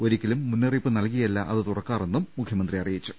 ഒരിക്കലും മുന്നറിയിപ്പ് നൽകിയല്ല അത് തുറക്കാറെന്നും മുഖ്യമന്ത്രി അറി യിച്ചു